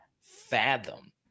fathom